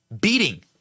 beating